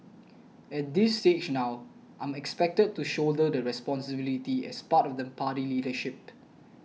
at this stage now I'm expected to shoulder the responsibility as part of the party leadership